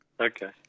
Okay